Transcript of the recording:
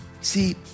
See